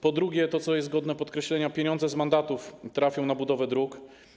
Po drugie, co jest godne podkreślenia, pieniądze z mandatów trafią na budowę dróg.